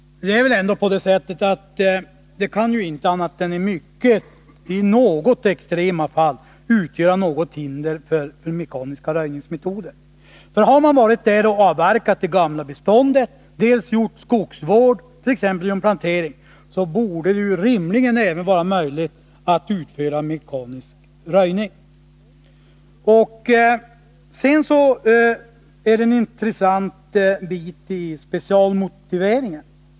Dessa kan ju inte annat än i extrema fall utgöra hinder för mekaniska röjningsmetoder. Har man avverkat det gamla beståndet och utövat skogsvård t.ex. genom plantering, borde det rimligtvis vara möjligt att även utföra mekanisk röjning. Sedan är det ett intressant stycke i specialmotiveringen.